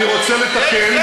אני רוצה לתקן.